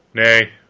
nay,